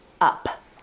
up